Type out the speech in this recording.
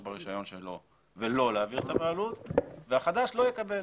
ברישיון שלו ולא להעביר את הבעלות והחדש שלא יקבל.